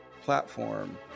platform